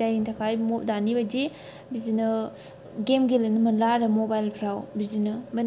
जायनि थाखाय दानि बायदि बिदिनो गेम गेलेनो मोनला आरो मबाइलफ्राव बिदिनो